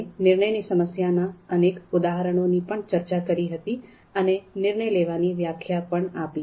અમે નિર્ણયની સમસ્યાઓના અનેક ઉદાહરણો ની પણ ચર્ચા કરી હતી અને નિર્ણય લેવાની વ્યાખ્યા પણ આપી